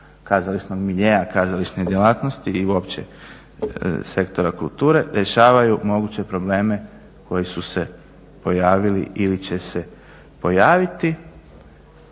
kazališnog miljea, kazališne djelatnosti i uopće sektora kulture, rješavaju moguće probleme koji su se pojavili ili će se pojaviti.